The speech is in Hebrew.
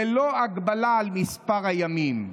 ללא הגבלה על מספר הימים.